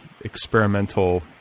experimental